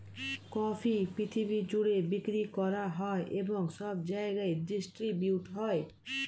coffee পৃথিবী জুড়ে বিক্রি করা হয় এবং সব জায়গায় ডিস্ট্রিবিউট হয়